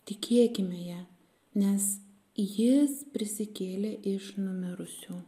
tikėkime ja nes jis prisikėlė iš numirusių